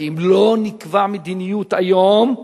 כי אם לא נקבע מדיניות היום,